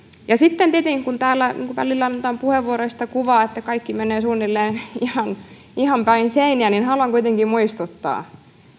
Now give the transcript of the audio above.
sitten kun täällä välillä annetaan puheenvuoroissa sitä kuvaa että kaikki menee suunnilleen päin seiniä niin haluan kuitenkin muistuttaa